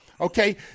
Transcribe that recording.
okay